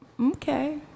Okay